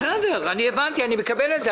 בסדר, הבנתי, אני מקבל את זה.